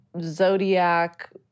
zodiac